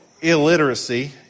illiteracy